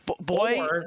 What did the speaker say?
boy